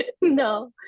no